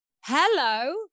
hello